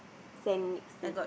sand next to